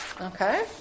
Okay